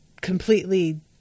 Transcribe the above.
completely